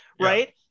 right